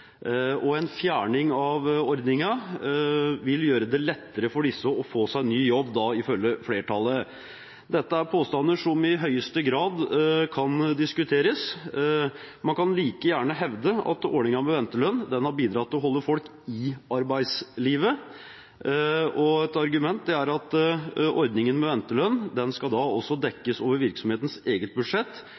En fjerning av ordningen vil gjøre det lettere for disse å få seg ny jobb, ifølge flertallet. Dette er påstander som i høyeste grad kan diskuteres – man kan like gjerne hevde at ordningen med ventelønn har bidratt til å holde folk i arbeidslivet. Et argument er at ordningen med ventelønn også skal dekkes over virksomhetens eget budsjett,